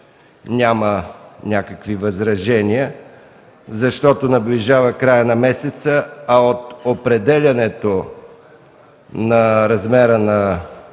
няма някакви възражения, защото наближава краят на месеца, а от определянето на размера на